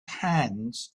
hands